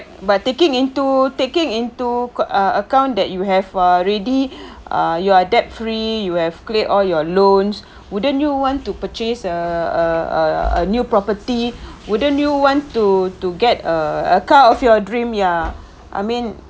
but taking into taking into uh account that you have ah already uh your debt free you have cleared all your loans wouldn't you want to purchase a a a a new property wouldn't you want to to get a a car of your dream ya I mean